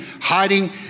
hiding